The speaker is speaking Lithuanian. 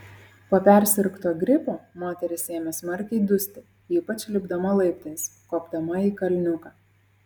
po persirgto gripo moteris ėmė smarkiai dusti ypač lipdama laiptais kopdama į kalniuką